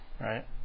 right